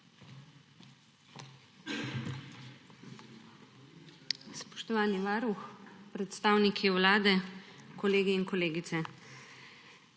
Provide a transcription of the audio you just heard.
Spoštovani varuh, predstavniki Vlade, kolegi in kolegice!